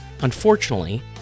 Unfortunately